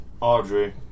Audrey